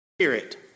spirit